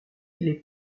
les